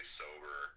sober